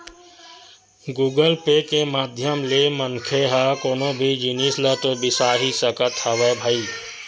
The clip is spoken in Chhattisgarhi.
गुगल पे के माधियम ले मनखे ह कोनो भी जिनिस ल तो बिसा ही सकत हवय भई